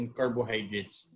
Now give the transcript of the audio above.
carbohydrates